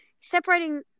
separating